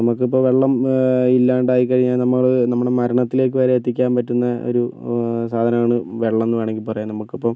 നമുക്കിപ്പോൾ വെള്ളം ഇല്ലാണ്ടായി കഴിഞ്ഞാൽ നമ്മൾ നമ്മൾ മരണത്തിലേക്ക് വരെ എത്തിക്കാൻ പറ്റുന്ന ഒരു സാധനമാണ് വെള്ളം എന്ന് വേണമെങ്കിൽ പറയാം നമുക്കിപ്പം